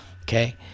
okay